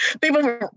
people